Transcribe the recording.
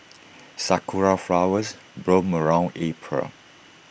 Sakura Flowers bloom around April